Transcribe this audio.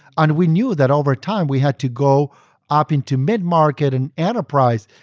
and we knew that over time, we had to go up into mid-market and enterprise.